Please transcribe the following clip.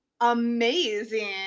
amazing